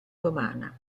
romana